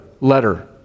letter